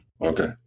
Okay